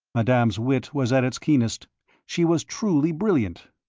madame's wit was at its keenest she was truly brilliant.